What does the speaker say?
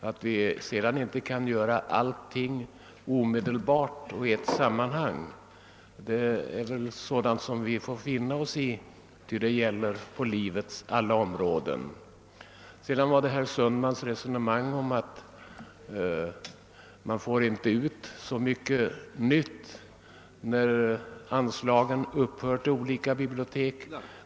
Att vi sedan inte kan göra allt omedelbart och i ett sammanhang får vi finna oss i — det gäller på livets alla områden. Herr Sundman sade att man inte får så mycket nytt när anslagen upphör till olika bibliotek.